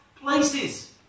places